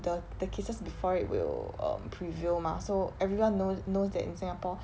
the the cases before it will err prevail mah so everyone knows knows that in singapore